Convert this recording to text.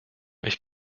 ich